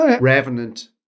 revenant